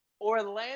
Orlando